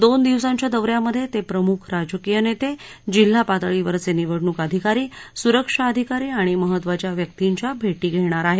दोन दिवसांच्या दौ यामध्ये ते प्रमुख राजकिय नेते जिल्हा पातळीवरचे निवडणुक अधिकारी सुरक्षा अधिकरी आणि महत्वांच्या व्यक्तींच्या भेरी घेणार आहेत